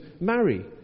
Marry